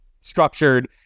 structured